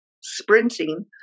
sprinting